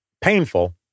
Painful